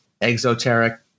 exoteric